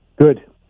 Good